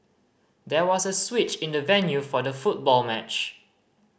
there was a switch in the venue for the football match